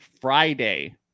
friday